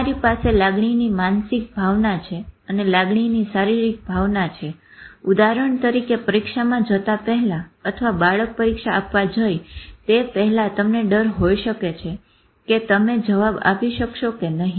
તમારી પાસે લાગણીની માનસિક ભાવના છે અને લાગણીની શારીરિક ભાવના છે ઉદાહરણ તરીકે પરીક્ષામાં જતા પહેલા અથવા બાળક પરીક્ષા આપવા જઈ તે પહેલા તમને ડર હોઈ શકે છે કે તમે જવાબ આપી શકશો કે નહી